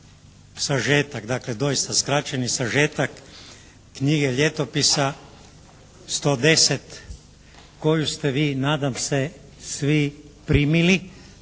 sažetak, dakle doista skraćeni sažetak knjige "Ljetopisa 110" koju ste vi nadam se svi primili.